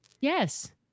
Yes